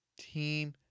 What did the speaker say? team